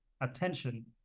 attention